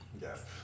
Yes